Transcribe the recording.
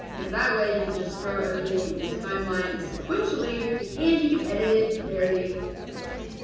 cause that way, you can just throw everything in the time line sequentially and you can edit it very quickly.